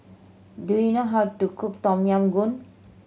do you know how to cook Tom Yam Goong